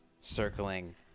circling